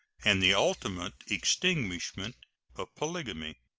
and the ultimate extinguishment of polygamy.